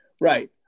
Right